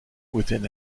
within